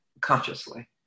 consciously